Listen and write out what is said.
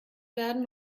werden